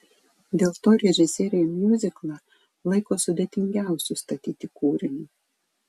dėl to režisieriai miuziklą laiko sudėtingiausiu statyti kūriniu